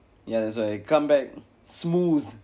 ya that's why comeback smooth